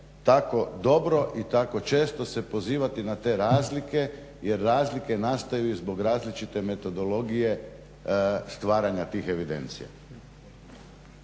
tako dobro i tako često se pozivati na te razlike, jer razlike nastaju i zbog različite metodologije stvaranja tih evidencija.